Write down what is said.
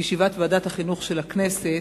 בישיבת ועדת החינוך של הכנסת.